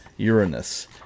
Uranus